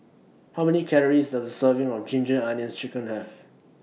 How Many Calories Does A Serving of Ginger Onions Chicken Have